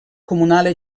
comunale